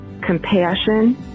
compassion